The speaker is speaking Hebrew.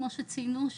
כמו שציינו,